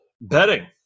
Betting